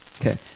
Okay